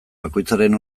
bakoitzaren